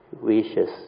wishes